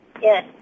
Yes